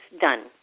Done